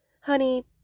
honey